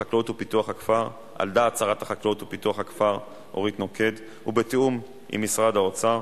3. בקרה,